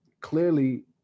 clearly